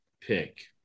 pick